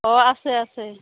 অঁ আছে আছে